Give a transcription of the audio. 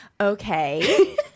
Okay